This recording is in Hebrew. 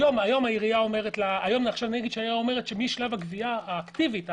היום העירייה אומרת שמשלב הגבייה האקטיבית,